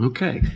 Okay